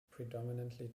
predominantly